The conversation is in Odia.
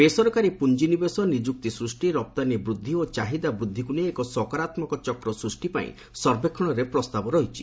ବେସରକାରୀ ପୁଞ୍ଜିନିବେଶ ନିଯୁକ୍ତି ସୃଷ୍ଟି ରପ୍ତାନୀ ବୃଦ୍ଧି ଓ ଚାହିଦା ବୃଦ୍ଧିକୁ ନେଇ ଏକ ସକାରାତ୍ମକ ଚକ୍ର ସୂଷ୍ଟିପାଇଁ ସର୍ବେକ୍ଷଣରେ ପ୍ରସ୍ତାବ ରହିଛି